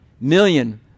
million